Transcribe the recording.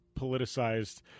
politicized